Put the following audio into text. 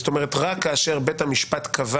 זאת אומרת, רק כאשר המחוקק קבע